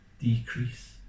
decrease